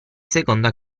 seconda